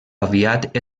aviat